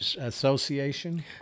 association